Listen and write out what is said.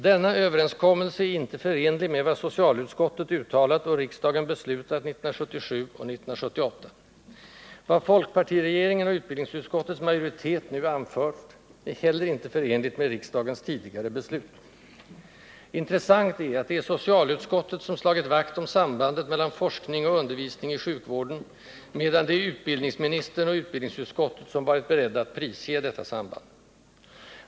Denna överenskommelse är icke förenlig med vad socialutskottet uttalat och riksdagen beslutat 1977 och 1978. Vad folkpartiregeringen och utbildningsutskottets majoritet nu anfört är heller icke förenligt med riksdagens tidigare beslut. Intressant är, att det är socialutskottet som slagit vakt om sambandet mellan forskning och undervisning i sjukvården, medan det är utbildningsministern och utbildningsutskottet som varit beredda att prisge detta samband.